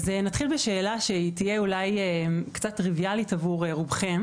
נתחיל בשאלה שתהיה אולי קצת טריביאלית עבור רובכם